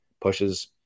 pushes